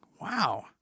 wow